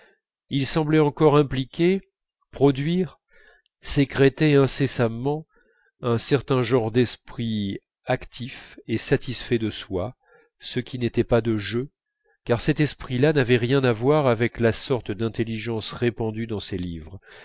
ils semblaient encore impliquer produire sécréter incessamment un certain genre d'esprit actif et satisfait de soi ce qui n'était pas de jeu car cet esprit là n'avait rien à voir avec la sorte d'intelligence répandue dans ces livres